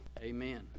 Amen